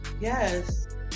yes